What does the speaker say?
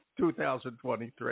2023